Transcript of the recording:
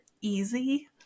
easy